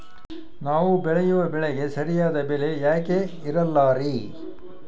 ನಾವು ಬೆಳೆಯುವ ಬೆಳೆಗೆ ಸರಿಯಾದ ಬೆಲೆ ಯಾಕೆ ಇರಲ್ಲಾರಿ?